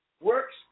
works